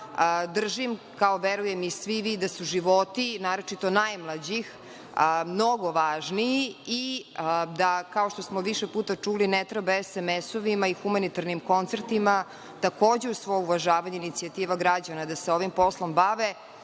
držim kao, verujem i svi vi da su životi naročito najmlađih mnogo važniji, i da kao što smo više puta čuli, ne treba SMS-ma i humanitarnim koncertima, takođe uz svo uvažavanje inicijativa građana da se ovim poslom bave,